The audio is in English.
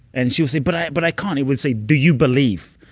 and she would say, but i. but i can't. he would say, do you believe?